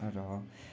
र